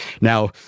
now